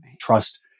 trust